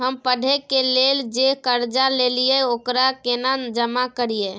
हम पढ़े के लेल जे कर्जा ललिये ओकरा केना जमा करिए?